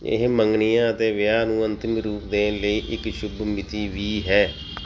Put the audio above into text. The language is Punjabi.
ਇਹ ਮੰਗਣੀਆਂ ਅਤੇ ਵਿਆਹ ਨੂੰ ਅੰਤਿਮ ਰੂਪ ਦੇਣ ਲਈ ਇੱਕ ਸ਼ੁਭ ਮਿਤੀ ਵੀ ਹੈ